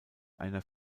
einer